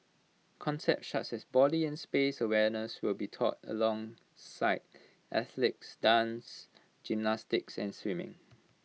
concepts such as body and space awareness will be taught alongside athletics dance gymnastics and swimming